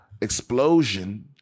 Explosion